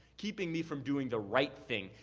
keeping me from doing the right thing.